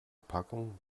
packung